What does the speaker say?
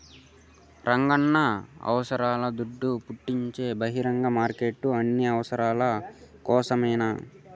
రంగన్నా అస్సల దుడ్డును పుట్టించే బహిరంగ మార్కెట్లు అన్ని అవసరాల కోసరమేనన్నా